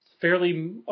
fairly –